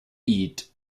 eat